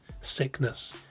sickness